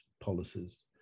policies